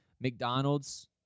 McDonald's